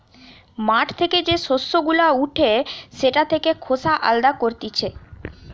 মাঠ থেকে যে শস্য গুলা উঠে সেটা থেকে খোসা আলদা করতিছে